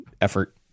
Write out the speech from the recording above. effort